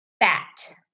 Fat